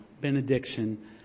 benediction